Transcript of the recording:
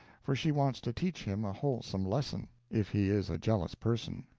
for she wants to teach him a wholesome lesson, if he is a jealous person.